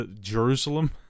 Jerusalem